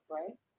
right